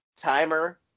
timer